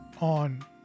on